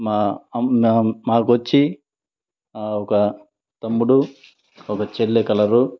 మా అమ్మ మాకొచ్చి ఒక తమ్ముడు ఒక చెల్లి కలరు